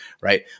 right